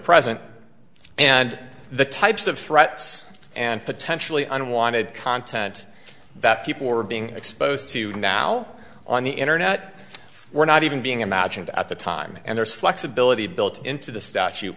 present and the types of threats and potentially unwanted content that people are being exposed to now on the internet we're not even being imagined at the time and there's flexibility built into the statute